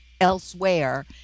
elsewhere